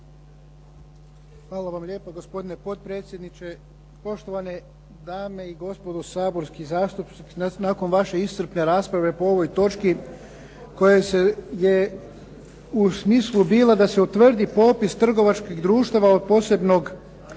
Hvala vam lijepa gospodine potpredsjedniče. Poštovane dame i gospodo saborski zastupnici, nakon vaše iscrpne rasprave po ovoj točki koje je u smislu bila da se utvrdi popis trgovačkih društava od posebnog